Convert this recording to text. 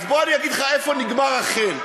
אז בוא אני אגיד לך איפה נגמר החן.